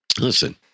Listen